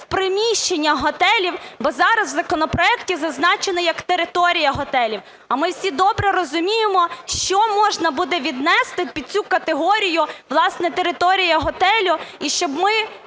приміщеннях готелів, бо зараз в законопроекті зазначено, як "територія готелю". А ми всі добре розуміємо, що можна буде віднести під цю категорію власне "територія готелю". І щоб ми